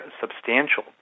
substantial